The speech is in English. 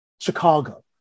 Chicago